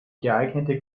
geeignete